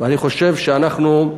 אני חושב שאנחנו,